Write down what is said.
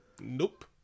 nope